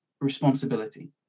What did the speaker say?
responsibility